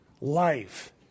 life